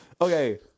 Okay